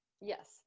Yes